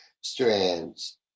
strands